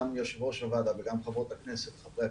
גם יושבת-ראש הוועדה וגם חברי הכנסת שמשתתפים.